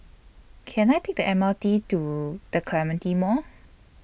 Can I Take The M R T to The Clementi Mall